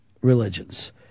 religions